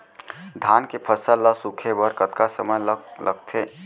धान के फसल ल सूखे बर कतका समय ल लगथे?